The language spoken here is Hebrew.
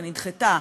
ונדחתה,